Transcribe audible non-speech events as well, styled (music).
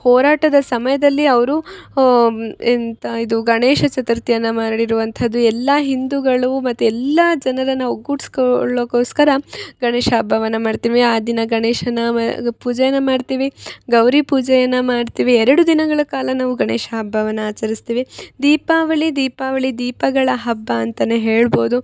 ಹೋರಾಟದ ಸಮಯದಲ್ಲಿ ಅವರು ಎಂಥ ಇದು ಗಣೇಶ ಚತುರ್ಥಿಯನ ಮಾಡಿರುವಂಥದು ಎಲ್ಲಾ ಹಿಂದುಗಳು ಮತ್ತೆ ಎಲ್ಲಾ ಜನರನ ಒಗ್ಗುಡ್ಸ್ಕೋಳ್ಳೊಕೋಸ್ಕರ ಗಣೇಶ ಹಬ್ಬವನ ಮಾಡ್ತೀವಿ ಆ ದಿನ ಗಣೇಶನ (unintelligible) ಪೂಜೆನ ಮಾಡ್ತೀವಿ ಗೌರಿ ಪೂಜೆಯನ್ನ ಮಾಡ್ತೀವಿ ಎರಡು ದಿನಗಳ ಕಾಲ ನಾವು ಗಣೇಶ ಹಬ್ಬವನ ಆಚರಸ್ತೀವಿ ದೀಪಾವಳಿ ದೀಪಾವಳಿ ದೀಪಗಳ ಹಬ್ಬ ಅಂತಾನೆ ಹೇಳ್ಬೋದು